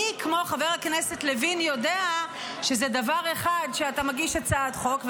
מי כמו חבר הכנסת לוין יודע שזה דבר אחד שאתה מגיש הצעת חוק,